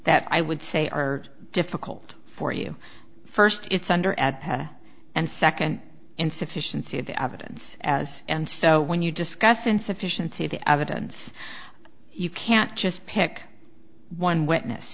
that i would say are difficult for you first it's under and second insufficiency of the evidence as and so when you discuss insufficiency of the evidence you can't just pick one witness